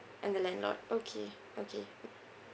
and the landlord okay okay